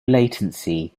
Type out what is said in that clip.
latency